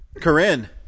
Corinne